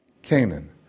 canaan